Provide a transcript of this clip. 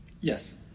Yes